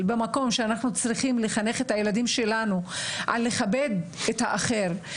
צריכים לחנך את הילדים שלנו לכבד את האחר,